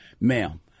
Ma'am